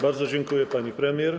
Bardzo dziękuję, pani premier.